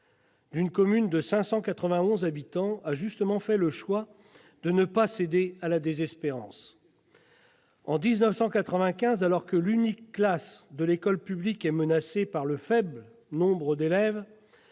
d'une commune de 591 habitants a justement fait le choix de ne pas céder à la désespérance. En 1995, alors que l'unique classe de l'école publique était menacée par le faible nombre d'élèves,